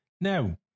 Now